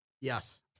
Yes